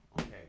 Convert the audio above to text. Okay